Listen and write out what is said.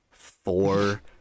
four